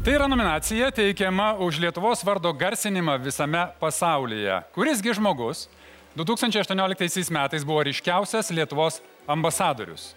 tai yra nominacija teikiama už lietuvos vardo garsinimą visame pasaulyje kuris gi žmogus du tūkstančiai aštuonioliktaisiais metais buvo ryškiausias lietuvos ambasadorius